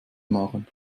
maren